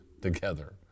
together